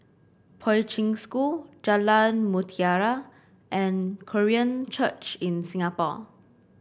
Poi Ching School Jalan Mutiara and Korean Church in Singapore